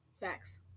Facts